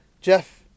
Jeff